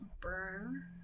Burn